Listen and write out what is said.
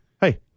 Hey